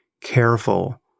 careful